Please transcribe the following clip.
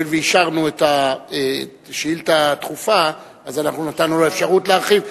הואיל ואישרנו את השאילתא הדחופה אז אנחנו נתנו לו אפשרות להרחיב.